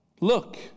Look